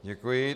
Děkuji.